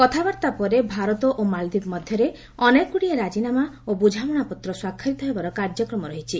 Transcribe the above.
କଥାବାର୍ତ୍ତା ପରେ ଭାରତ ଓ ମାଳଦୀପ ମଧ୍ୟରେ ଅନେକଗୁଡ଼ିଏ ରାଜିନାମା ଓ ବୁଝାମଣାପତ୍ର ସ୍ୱାକ୍ଷରିତ ହେବାର କାର୍ଯ୍ୟକ୍ରମ ରହିଛି